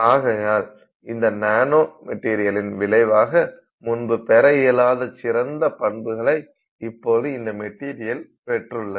ஆகையால் இந்த நானோ மெட்டீரியலின் விளைவாக முன்பு பெற இயலாத சிறந்த பண்புகளை இப்போது இந்த மெட்டீரியல் பெற்றுள்ளது